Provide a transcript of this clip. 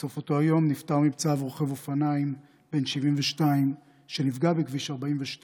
בסוף אותו היום נפטר מפצעיו רוכב אופניים בן 72 שנפגע בכביש 42,